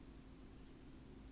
um